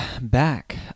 back